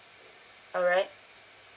alright